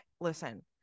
listen